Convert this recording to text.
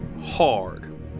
hard